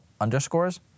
underscores